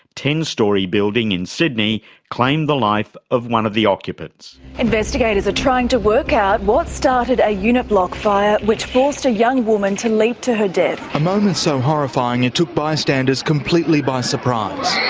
ten storey building in sydney claimed the life of one of the occupants. investigators are trying to work out what started a unit block fire which forced a young woman to leap to her death. a moment so horrifying it took bystanders completely by surprise.